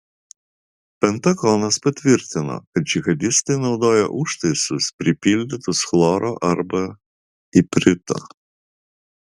pentagonas patvirtino kad džihadistai naudoja užtaisus pripildytus chloro arba iprito